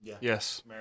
Yes